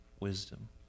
wisdom